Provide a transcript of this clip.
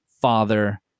father